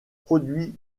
produit